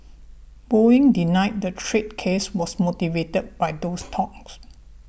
Boeing denied the trade case was motivated by those talks